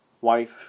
wife